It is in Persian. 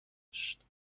نوشت